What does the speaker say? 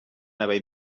haver